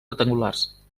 rectangulars